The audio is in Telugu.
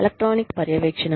ఎలక్ట్రానిక్ పర్యవేక్షణ